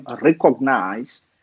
recognize